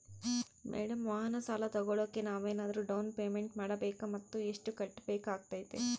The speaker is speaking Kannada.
ಮೇಡಂ ವಾಹನ ಸಾಲ ತೋಗೊಳೋಕೆ ನಾವೇನಾದರೂ ಡೌನ್ ಪೇಮೆಂಟ್ ಮಾಡಬೇಕಾ ಮತ್ತು ಎಷ್ಟು ಕಟ್ಬೇಕಾಗ್ತೈತೆ?